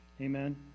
Amen